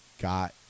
got